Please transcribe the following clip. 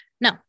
No